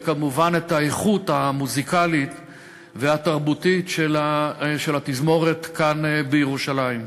וכמובן את האיכות המוזיקלית והתרבותית של התזמורת כאן בירושלים.